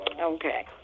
Okay